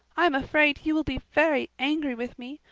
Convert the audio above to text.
i am afraid you will be very angry with me,